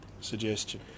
suggestion